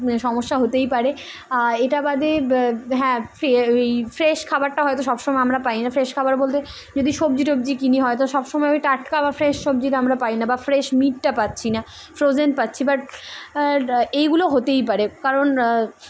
সমস্যা হতেই পারে আ এটা বাদে হ্যাঁ এই ফ্রেশ খাবারটা হয়তো সব সময় আমরা পাই না ফ্রেশ খাবার বলতে যদি সবজি টবজি কিনি হয় তো সব সময় আমি টাটকা বা ফ্রেশ সবজিটা আমরা পাই না বা ফ্রেশ মিটটা পাচ্ছি না ফ্রোজেন পাচ্ছি বাট এইগুলো হতেই পারে কারণ